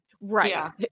Right